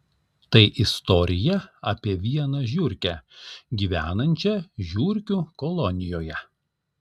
tai istorija apie vieną žiurkę gyvenančią žiurkių kolonijoje